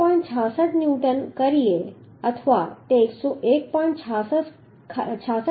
66 Newton કરીએ અથવા તે 101